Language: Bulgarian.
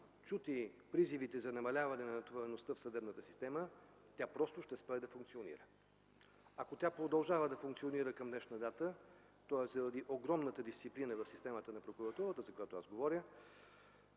чути призивите за намаляване на натовареността в съдебната система, тя просто ще спре да функционира. Ако тя продължава да функционира към днешна дата, то е заради огромната дисциплина в системата на прокуратурата, за която аз говоря,